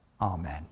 Amen